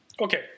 Okay